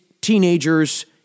teenagers